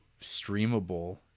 streamable